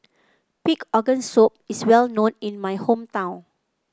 Pig Organ Soup is well known in my hometown